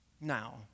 Now